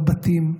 בבתים,